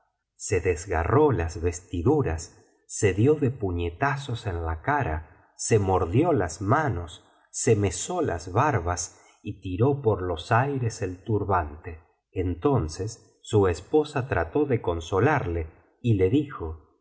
se desgarró las vestiduras se dio de puñetazos en la cara se mordió las manos se mesó las barbas y tiró por los aires el turbante entonces su esposa trató de consolarle y le dijo